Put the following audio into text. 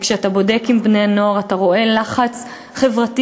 כשאתה בודק עם בני-הנוער אתה רואה לחץ חברתי